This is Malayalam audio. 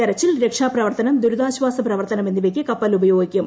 തെരച്ചിൽ രക്ഷാപ്രവർത്തനം ദുരിതാശ്വാസ പ്രവർത്തനം എന്നിവയ്ക്ക് കപ്പൽ ഉപയോഗിക്കും